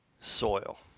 soil